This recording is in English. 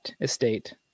Estate